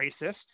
racist